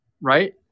right